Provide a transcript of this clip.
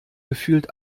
gefühlt